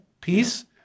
peace